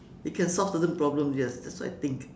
you can solve certain problems yes that's what I think